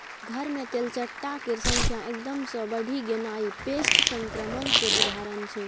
घर मे तेलचट्टा केर संख्या एकदम सँ बढ़ि गेनाइ पेस्ट संक्रमण केर उदाहरण छै